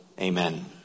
Amen